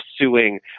suing